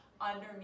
underneath